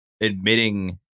admitting